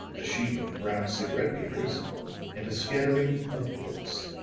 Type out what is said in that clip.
a sheaf of brown cigarette papers and a scattering of books.